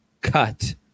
cut